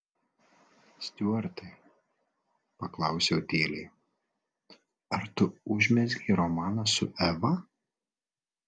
stiuartai paklausiau tyliai ar tu užmezgei romaną su eva